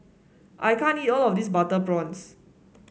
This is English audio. I can't eat all of this Butter Prawns